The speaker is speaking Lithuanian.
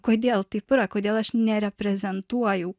kodėl taip yra kodėl aš nereprezentuoju